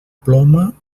ploma